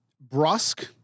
Brusque